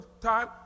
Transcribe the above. time